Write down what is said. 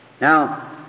Now